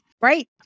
Right